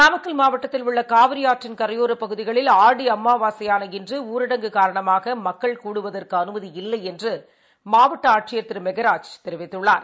நாமக்கல் மாவட்டத்தில் உள்ளகாவிரிஆற்றின் கரையோரப் பகுதிகளில் ஆடி அமாவாசையான இன்று ஊரடங்கு காரணமாகமக்கள் கூடுவதற்குஅனுமதி இல்லைஎன்றுமாவட்டஆட்சியர் திருமெகராஜ் கூறியுள்ளார்